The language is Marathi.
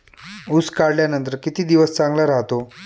ऊस काढल्यानंतर किती दिवस चांगला राहतो?